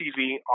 TV